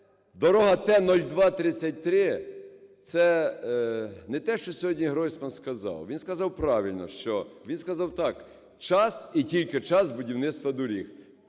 дорога Т 0233 - це не те, що сьогодні Гройсман сказав, він сказав правильно, що, він сказав так: час і тільки час будівництва доріг.